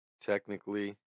Technically